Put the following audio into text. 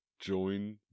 join